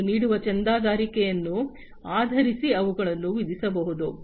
ಮತ್ತು ನೀಡುವ ಚಂದಾದಾರಿಕೆಯನ್ನು ಆಧರಿಸಿ ಅವುಗಳನ್ನು ವಿಧಿಸಬಹುದು